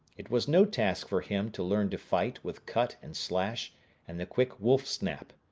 it was no task for him to learn to fight with cut and slash and the quick wolf snap.